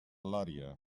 lòria